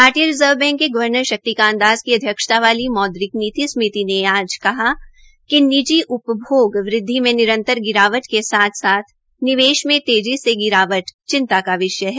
भारतीय reserve bank के governor Shaktikanta Das की अध्यक्षता वाली मौद्रिक नीति समिति ने आज कहा कि निजी उपभोग वृद्वि से निरंतर गिरावट के साथ साथ निवेश में तेजी से गिरावट का विषया है